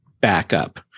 backup